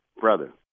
brother